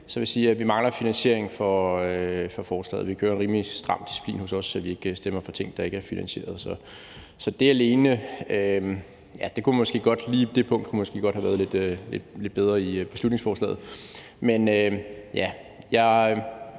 vil jeg sige, at vi mangler finansiering af forslaget. Vi kører rimelig stram disciplin hos os, så vi ikke stemmer for ting, der ikke er finansierede. Det punkt kunne måske godt have været lidt bedre i beslutningsforslaget. Jeg